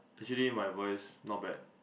actually my voice not bad